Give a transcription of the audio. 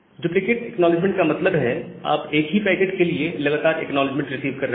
duplicate acknowledgement का मतलब है आप एक ही पैकेट के लिए लगातार एक्नॉलेजमेंट रिसीव कर रहे हैं